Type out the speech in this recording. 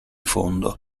fondo